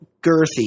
girthy